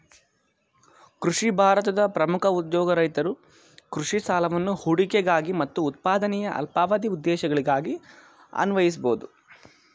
ಕೃಷಿ ಭಾರತದ ಪ್ರಮುಖ ಉದ್ಯೋಗ ರೈತರು ಕೃಷಿ ಸಾಲವನ್ನು ಹೂಡಿಕೆಗಾಗಿ ಮತ್ತು ಉತ್ಪಾದನೆಯ ಅಲ್ಪಾವಧಿ ಉದ್ದೇಶಗಳಿಗಾಗಿ ಅನ್ವಯಿಸ್ಬೋದು